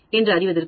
என்று அறிவதற்கு